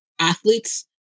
athletes